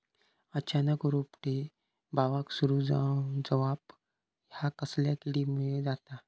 अचानक रोपटे बावाक सुरू जवाप हया कसल्या किडीमुळे जाता?